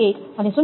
1 અને 0